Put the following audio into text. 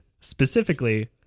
specifically